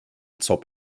zob